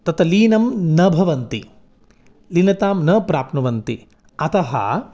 तत्र लीनं न भवन्ति लीनतां न प्राप्नुवन्ति अतः